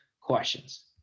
questions